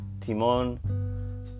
Timon